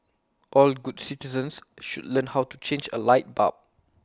all good citizens should learn how to change A light bulb